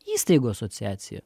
įstaigų asociacija